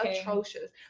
atrocious